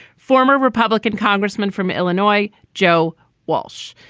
former republican congressman from illinois, joe walsh.